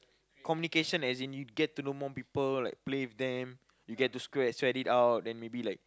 communication as in you get to know more people like play with them you get to swea~ sweat it out then maybe like